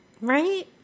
Right